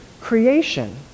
creation